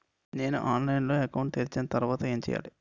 నేను ఆన్లైన్ లో అకౌంట్ తెరిచిన తర్వాత ఏం చేయాలి?